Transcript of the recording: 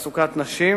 החזרתם קצבאות ילדים.